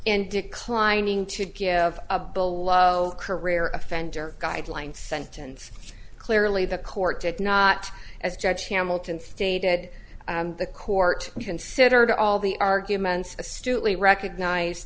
in declining to give a bully career offender guidelines sentence clearly the court did not as judge hamilton stated the court considered all the arguments astutely recognized